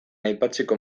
aipatzeko